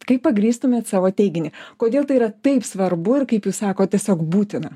kaip pagrįstumėt savo teiginį kodėl tai yra taip svarbu ir kaip jūs sakot tiesiog būtina